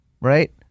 right